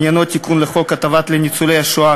שעניינו תיקון לחוק הטבות לניצולי שואה,